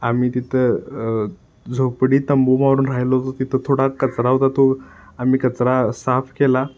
आम्ही तिथं झोपडी तंबू मारून राहिलो तो तिथं थोडा कचरा होता तो आम्ही कचरा साफ केला